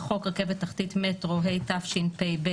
1. "בחוק רכבת תחתית (מטרו), התשפ"ב-2021,